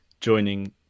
joining